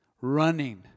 Running